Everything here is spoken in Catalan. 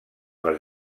les